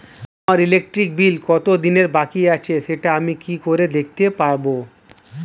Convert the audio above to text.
আমার electric bill কত দিনের বাকি আছে সেটা আমি কি করে দেখতে পাবো?